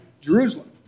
Jerusalem